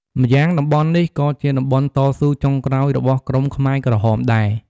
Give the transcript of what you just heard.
ម្យ៉ាងតំបន់នេះ ក៏ជាតំបន់តស៊ូចុងក្រោយរបស់ក្រុមខ្មែរក្រហមដែរ។